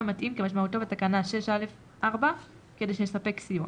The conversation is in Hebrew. המתאים כמשמעותו בתקנה 6(א)(4) כדי שיספק סיוע.